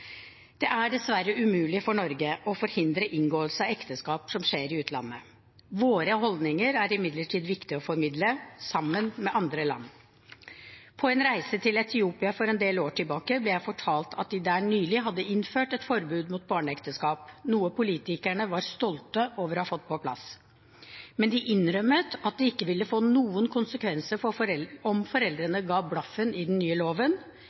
Det er dessverre umulig for Norge å forhindre inngåelse av ekteskap som skjer i utlandet. Våre holdninger er det imidlertid viktig å formidle, sammen med andre land. På en reise til Etiopia for en del år tilbake ble jeg fortalt at de der nylig hadde innført et forbud mot barneekteskap, noe politikerne var stolte over å ha fått på plass. De innrømmet at det ikke ville få noen konsekvenser om foreldrene ga blaffen i den nye loven,